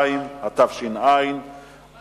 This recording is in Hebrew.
2), התש"ע 2010,